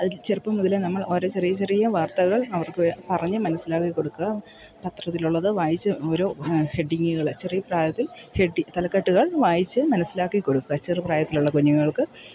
അതിൽ ചെറുപ്പം മുതലേ നമ്മൾ ഓരോ ചെറിയ ചെറിയ വാർത്തകൾ അവർക്ക് പറഞ്ഞ് മനസ്സിലാക്കി കൊടുക്കുക പത്രത്തിലുള്ളത് വായിച്ച് ഓരോ ഹെഡിങ്ങുകൾ ചെറിയ പ്രായത്തിൽ ഹെഡിങ്ങ് തലക്കെട്ടുകൾ വായിച്ച് മനസ്സിലാക്കി കൊടുക്കുക ചെറുപ്രായത്തിലുള്ള കുഞ്ഞുങ്ങൾക്ക്